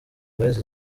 boys